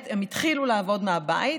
הם התחילו לעבוד מהבית,